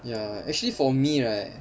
ya actually for me right